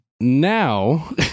now